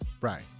Right